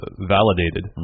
validated